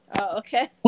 okay